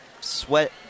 sweat